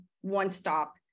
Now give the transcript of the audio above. one-stop